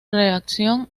reacción